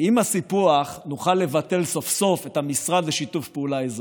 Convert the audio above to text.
ועם הסיפוח נוכל לבטל סוף-סוף את המשרד לשיתוף פעולה אזורי.